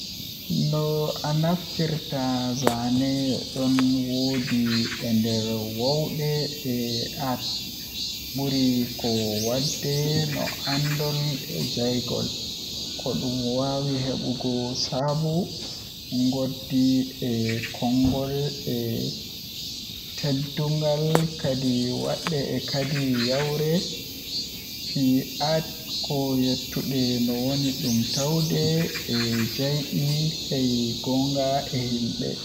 No aheftirta zaane ɗon woodi E nder waawde e art, ɓuri ko waɗde no anndon e yaajol. Ko ɗum waawi heɓugol sabu, ngoodi e konngol, e teddungal kaɗi waɗde e kadi yawre. Fii art ko ƴettude, no wondi ɗum tawde, e jeyɗi hay goonga e yimɓe.